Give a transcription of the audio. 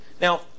Now